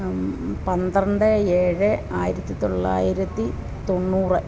പന്ത്രണ്ട് ഏഴ് ആയിരത്തി തൊള്ളായിരത്തി തൊണ്ണൂറ്